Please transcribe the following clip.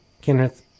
Kenneth